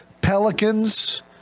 Pelicans